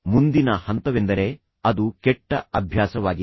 ಮುಂದಿನ ಹಂತವೆಂದರೆ ಅದು ಕೆಟ್ಟ ಅಭ್ಯಾಸವಾಗಿದೆ